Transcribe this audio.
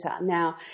Now